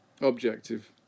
Objective